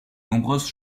nombreuses